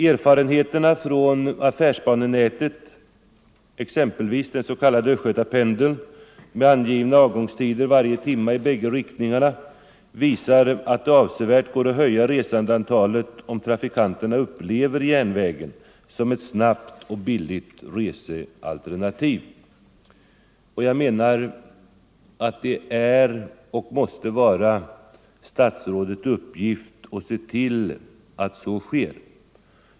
Erfarenheterna från affärsbanenätet, exempelvis den s.k. Östgötapendeln, med angivna avgångstider varje timme i bägge riktningarna visar att det går att höja resandeantalet avsevärt om trafikanterna upplever järnvägen som ett snabbt och billigt resealternativ. Det måste vara statsrådets uppgift att se till att så sker.